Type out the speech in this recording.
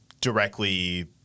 directly